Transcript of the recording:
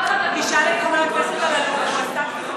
תשאל את חבר הכנסת אלאלוף, הוא עסק בזה